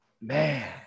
man